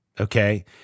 okay